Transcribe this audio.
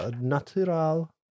natural